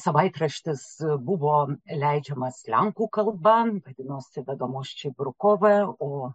savaitraštis buvo leidžiamas lenkų kalba vadinosi vedemošči brukovo o